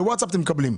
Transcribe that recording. בווטסאפ אתם מקבלים.